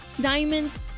diamonds